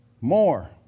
more